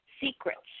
secrets